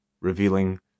revealing